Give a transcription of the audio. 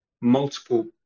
multiple